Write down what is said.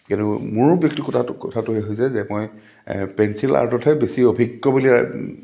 কিন্তু মোৰো ব্যক্তিগত কথাটো হৈছে যে মই পেঞ্চিল আৰ্টতহে বেছি অভিজ্ঞ বুলি